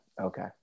Okay